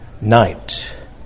night